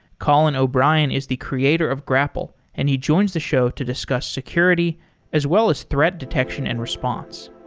colin o'brien is the creator of grapl and he joins the show to discuss security as well as threat detection and response.